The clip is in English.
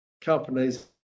companies